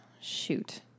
shoot